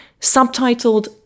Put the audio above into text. Subtitled